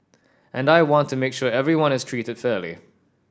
and I want to make sure everyone is treated fairly